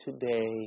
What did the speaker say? today